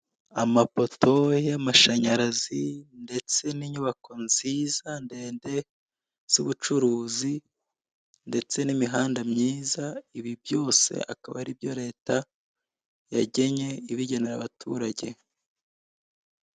Amapoto y'amashanyarazi ndetse n'inyubako nziza ndende z'ubucuruzi, ndetse n'imihanda myiza. Ibi byose akaba ari ibyo leta yagennye ibigenera abaturage.